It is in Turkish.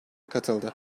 katıldı